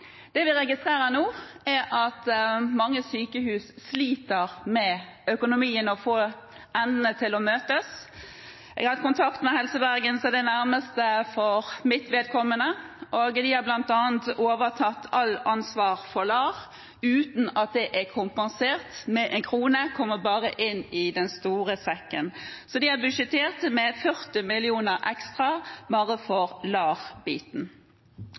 Det vi registrerer nå, er at mange sykehus sliter med økonomien og å få endene til å møtes. Jeg har hatt kontakt med Helse Bergen, som er det nærmeste for mitt vedkommende. De har bl.a. overtatt alt ansvar for LAR uten at det er kompensert med én krone – det kommer bare inn i den store sekken – så de har budsjettert med 40 mill. kr ekstra bare for